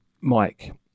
Mike